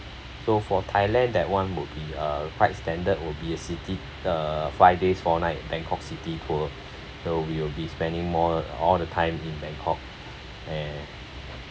so for thailand that [one] would be uh quite standard would be a city uh five days four night bangkok city tour that will be spending more all the time in bangkok and